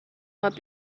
خواب